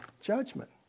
judgment